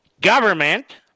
Government